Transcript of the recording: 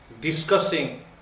discussing